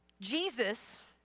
Jesus